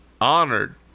honored